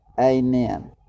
amen